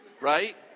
right